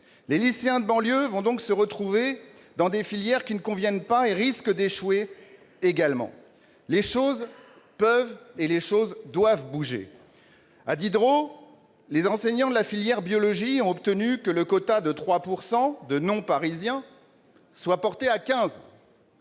Les lycéens de banlieue vont donc se retrouver dans des filières qui ne leur conviennent pas et risquent également d'échouer. Les choses doivent bouger ! À Diderot, les enseignants de la filière biologie ont obtenu que le quota de 3 % de non-Parisiens soit porté à 15 %.